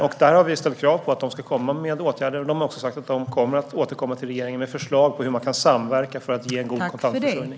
Vi har ställt krav på att bankerna ska komma med åtgärder, och de har sagt att de ska återkomma till regeringen med förslag på hur man kan samverka för en god kontantförsörjning.